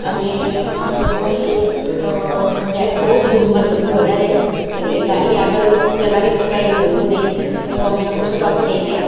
અને અમે લોકોએ ત્યારે બહુ જ ધૂમ્મસ હતું વધારે એટલે ગાડી આગળ ચલાવી શકાય એવું હતું નહિ તો અમે લોકો સ્ટોપ થઈ ગયા